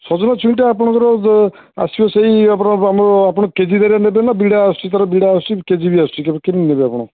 ସଜନା ଛୁଇଁଟା ଆପଣଙ୍କର ଆସିବ ସେଇ ଆମର ଆମର ଆପଣ କେ ଜି ଦାରିଆ ନେବେ ନା ବିଡ଼ା ଆସୁଚି ତା'ର ବିଡ଼ା ଆସୁଛି କେ ଜି ବି ଆସୁଛି କେମିତି ନେବେ ଆପଣ